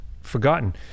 forgotten